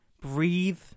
breathe